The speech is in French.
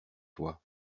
toi